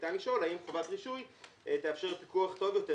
וניתן לשאול: האם חובת רישוי תאפשר פיקוח טוב יותר